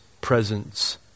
presence